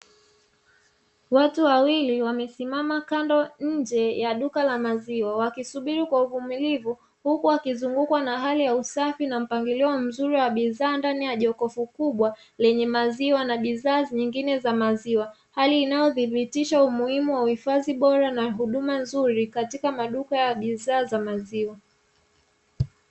Watu wawili wamesimama kando nje ya duka la maziwa wakisubiri kwa uvumilivu, huku wakizungukwa na hali ya usafi na mpangilio mzuri wa bidhaa ndani ya jokofu kubwa lenye maziwa na bidhaa nyingine za maziwa, hali inayothibitisha umuhimu wa uhifadhi bora na huduma nzuri katika maduka ya bidhaa za maziwa,